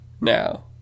now